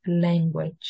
language